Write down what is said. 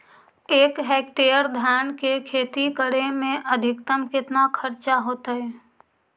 एक हेक्टेयर धान के खेती करे में अधिकतम केतना खर्चा होतइ?